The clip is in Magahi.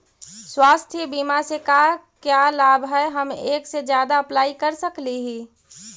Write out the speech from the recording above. स्वास्थ्य बीमा से का क्या लाभ है हम एक से जादा अप्लाई कर सकली ही?